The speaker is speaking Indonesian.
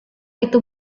itu